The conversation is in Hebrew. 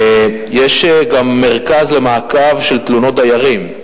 יש גם מרכז למעקב אחר תלונות דיירים,